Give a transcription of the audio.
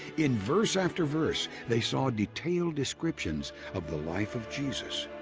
in verse after verse they saw detailed descriptions of the life of jesus,